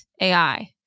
AI